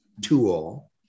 tool